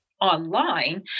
online